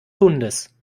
hundes